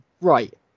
right